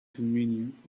convenient